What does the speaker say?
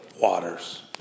waters